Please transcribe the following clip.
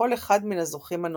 לכל אחד מן הזוכים הנותרים.